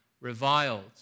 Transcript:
reviled